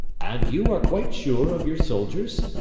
and you are quite sure of your soldiers?